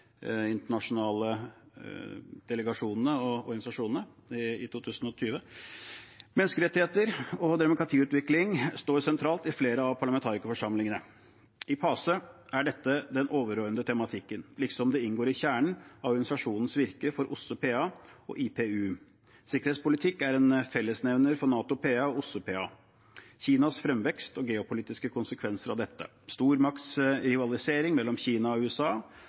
internasjonale delegasjonene og organisasjonene i 2020. Menneskerettigheter og demokratiutvikling står sentralt i flere av parlamentarikerforsamlingene. I PACE er dette den overordnede tematikken, likesom det inngår i kjernen av organisasjonens virke for OSSE PA og IPU. Sikkerhetspolitikk er en fellesnevner for NATO PA og OSSE PA, Kinas fremvekst og geopolitiske konsekvenser av dette. Stormaktsrivalisering mellom Kina og USA